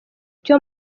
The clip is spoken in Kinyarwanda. cyo